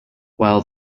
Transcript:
while